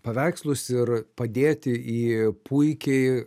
paveikslus ir padėti į puikiai